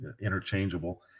interchangeable